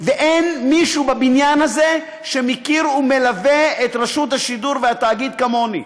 ואין מישהו בבניין הזה שמכיר ומלווה את רשות השידור והתאגיד כמוני,